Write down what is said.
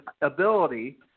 ability